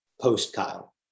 post-Kyle